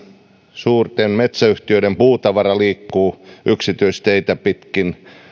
suurten metsäyhtiöiden puutavara liikkuu yksityisteitä pitkin